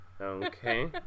Okay